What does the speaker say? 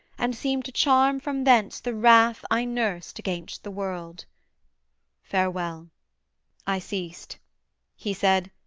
and seemed to charm from thence the wrath i nursed against the world farewell i ceased he said,